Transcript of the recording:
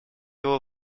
его